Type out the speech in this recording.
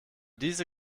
diese